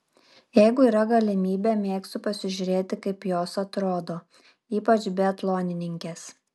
jeigu yra galimybė mėgstu pasižiūrėti kaip jos atrodo ypač biatlonininkės